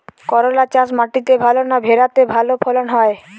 করলা চাষ মাটিতে ভালো না ভেরাতে ভালো ফলন হয়?